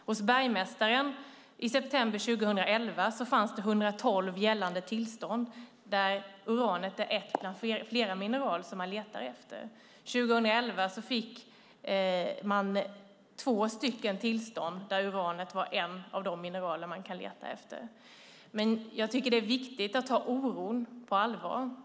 I september 2011 fanns det hos bergmästaren 112 gällande tillstånd, och uranet är ett bland flera mineraler som man letar efter. 2011 fick man två tillstånd, och uranet var ett av de mineraler som man kan leta efter. Men jag tycker att det är viktigt att ta oron på allvar.